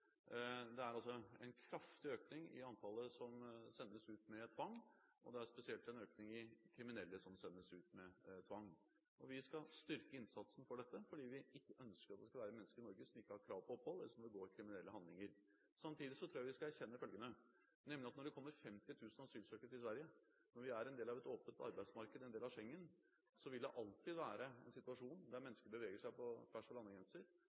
Det er altså en kraftig økning i antallet som sendes ut med tvang, og det er spesielt en økning i kriminelle som sendes ut med tvang. Vi skal styrke innsatsen på dette, fordi vi ikke ønsker at det skal være mennesker i Norge som ikke har krav på opphold, eller som begår kriminelle handlinger. Samtidig tror jeg vi skal erkjenne følgende: Når det kommer 50 000 asylsøkere til Sverige, når vi er en del av et åpent arbeidsmarked, en del av Schengen, så vil det alltid være en situasjon der mennesker beveger seg på tvers av landegrenser,